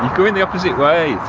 um going the opposite way.